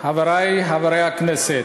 חברי חברי הכנסת,